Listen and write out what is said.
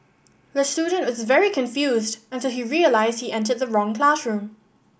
the student was very confused until he realised he entered the wrong classroom